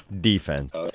defense